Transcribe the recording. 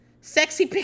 sexy